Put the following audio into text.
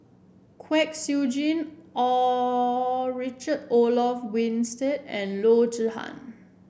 Kwek Siew Jin all Richard Olaf Winstedt and Loo Zihan